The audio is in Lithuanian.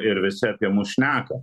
ir visi apie mus šneka